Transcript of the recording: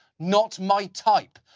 not my type.